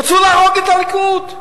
רצו להרוג את הליכוד,